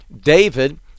David